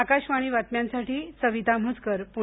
आकाशवाणी बातम्यांसाठी सविता म्हसकर पुणे